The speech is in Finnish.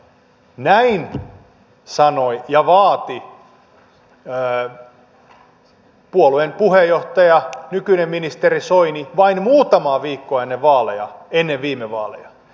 näin sanoi ja vaati puolueen puheenjohtaja nykyinen ministeri soini vain muutamaa viikkoa ennen viime vaaleja